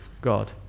God